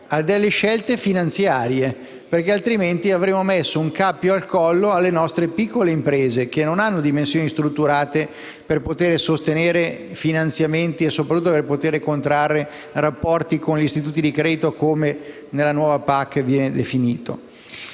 a delle scelte finanziarie, altrimenti metteremmo un cappio al collo alle nostre piccole imprese che non hanno dimensioni strutturate per poter sostenere finanziamenti e soprattutto per poter contrarre rapporti con gli istituti di credito, come stabilito nella nuova PAC. A questo